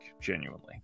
genuinely